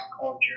culture